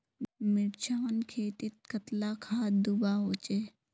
मिर्चान खेतीत कतला खाद दूबा होचे?